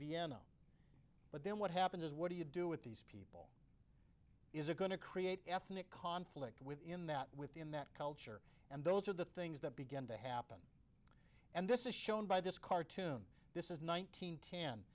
vienna but then what happens is what do you do with these people is it going to create ethnic conflict within that within that culture and those are the things that began to happen and this is shown by this cartoon this is nineteen ten